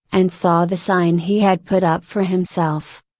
and saw the sign he had put up for himself.